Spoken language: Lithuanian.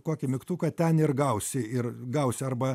kokį mygtuką ten ir gausi ir gausi arba